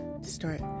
start